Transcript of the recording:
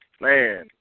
man